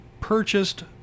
purchased